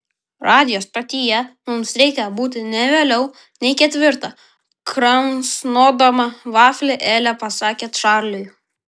radijo stotyje mums reikia būti ne vėliau nei ketvirtą kramsnodama vaflį elė pasakė čarliui